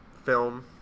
film